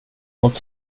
mot